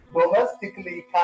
domestically